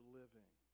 living